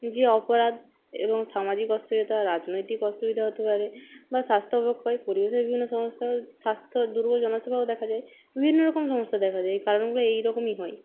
যে অপরাধ এবং সামাজিক অসুবিধা রাজনৈতিক অসুবিধা হতে পারে বা স্বাস্থ্য অবক্ষয় পরিবেশের বিভিন্ন সমস্যা স্বাস্থ্য জনসেবাও দেখা যায় বিভিন্ন রকম সমস্যা দেখা যায় কারণগুলো এইরকমই হয়